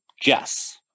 Jess